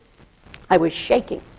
i was shaking!